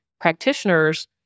practitioners